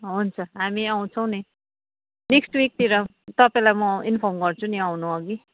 हुन्छ हामी आउँछौँ नि नेक्स्ट विकतिर तपाईँलाई म इन्फर्म गर्छु नि आउनु अघि